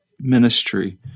ministry